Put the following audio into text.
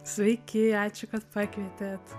sveiki ačiū kad pakvietėt